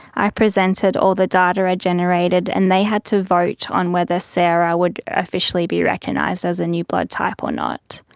i presented all the data i ah generated and they had to vote on whether sarah would officially be recognised as a new blood type or not.